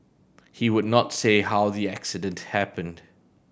he would not say how the accident happened